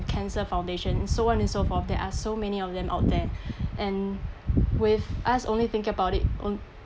cancer foundation so on and so forth there are so many of them out there and with us only thinking about it